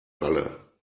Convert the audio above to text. falle